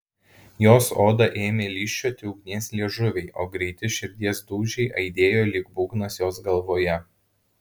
jos odą ėmė lyžčioti ugnies liežuviai o greiti širdies dūžiai aidėjo lyg būgnas jos galvoje